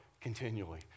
continually